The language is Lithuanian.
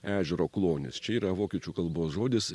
ežero klonis čia yra vokiečių kalbos žodis